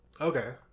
Okay